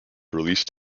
released